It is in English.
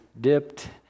dipped